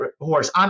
horse